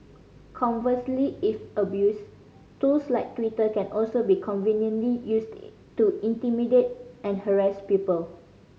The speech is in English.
conversely if abused tools like Twitter can also be conveniently used to intimidate and harass people